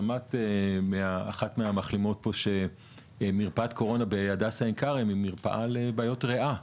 שמעת מאחת המחלימות שמרפאת קורונה בהדסה עין כרם היא מרפאה לבעיות ריאה.